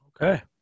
Okay